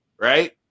Right